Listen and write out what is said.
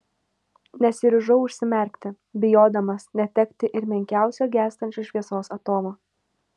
nesiryžau užsimerkti bijodamas netekti ir menkiausio gęstančios šviesos atomo